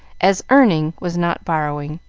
as earning was not borrowing.